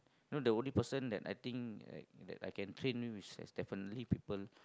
not the only person that I think that I can train is definitely people